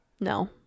no